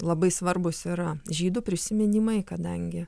labai svarbūs yra žydų prisiminimai kadangi